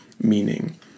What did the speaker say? meaning